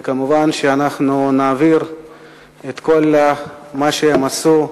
וכמובן שאנחנו נעביר הלאה לדורות הבאים את כל מה שהם עשו.